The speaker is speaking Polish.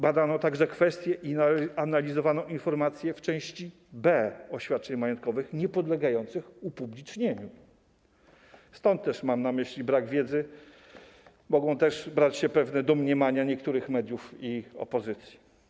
Badano także kwestię i analizowano informacje w części B oświadczeń majątkowych niepodlegających upublicznieniu, stąd też - mam na myśli brak wiedzy - mogą też brać się pewne domniemania niektórych mediów i opozycji.